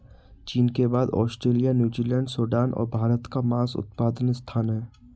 चीन के बाद ऑस्ट्रेलिया, न्यूजीलैंड, सूडान और भारत का मांस उत्पादन स्थान है